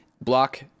block